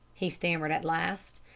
he stammered at last,